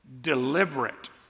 deliberate